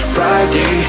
Friday